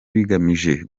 bigamije